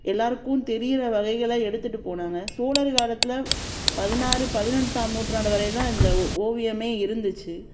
எல்லாேருக்கும் தெரிகிற வகையில் எடுத்துகிட்டு போனாங்க சோழர் காலத்தில் பதினாறு பதினெட்டாம் நூற்றாண்டு வரையும் தான் இந்த ஒ ஓவியமே இருந்துச்சு